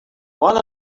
one